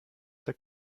der